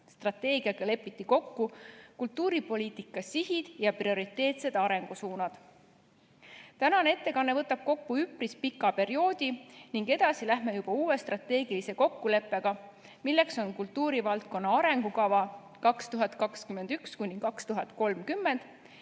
Strateegiaga lepiti kokku kultuuripoliitika sihid ja prioriteetsed arengusuunad. Tänane ettekanne võtab kokku üpris pika perioodi ning edasi läheme juba uue strateegilise kokkuleppega, see on "Kultuurivaldkonna arengukava 2021–2030",